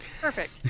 Perfect